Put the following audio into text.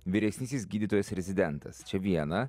vyresnysis gydytojas rezidentas čia viena